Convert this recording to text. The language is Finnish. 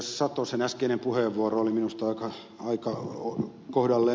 satosen äskeinen puheenvuoro oli minusta aika kohdalleen osunut